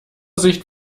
sicht